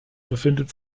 befindet